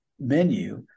menu